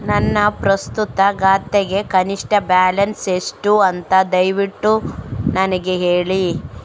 ನನ್ನ ಪ್ರಸ್ತುತ ಖಾತೆಗೆ ಕನಿಷ್ಠ ಬ್ಯಾಲೆನ್ಸ್ ಎಷ್ಟು ಅಂತ ದಯವಿಟ್ಟು ನನಗೆ ಹೇಳಿ